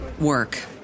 work